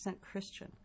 Christian